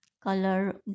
Color